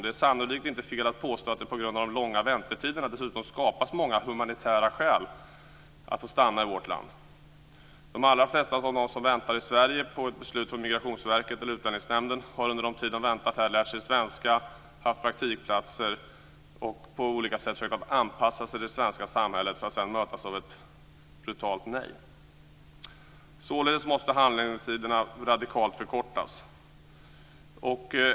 Det är sannolikt inte fel att påstå att det på grund av de långa väntetiderna dessutom skapas många humanitära skäl att få stanna i vårt land. De allra flesta av de som väntar i Sverige på ett beslut från Migrationsverket eller Utlänningsnämnden har under den tid de har väntat här lärt sig svenska, haft praktikplatser och på olika sätt försökt anpassa sig till det svenska samhället för att sedan mötas av ett brutalt nej. Således måste handläggningstiderna radikalt förkortas.